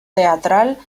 teatral